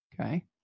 Okay